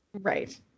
Right